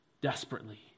desperately